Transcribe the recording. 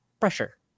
pressure